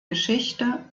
geschichte